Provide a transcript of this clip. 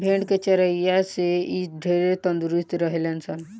भेड़ के चरइला से इ ढेरे तंदुरुस्त रहे ले सन